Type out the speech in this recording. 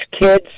kids